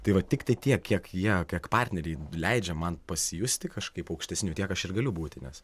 tai va tiktai tiek kiek ją kiek partneriai leidžia man pasijusti kažkaip aukštesniu tiek aš ir galiu būti nes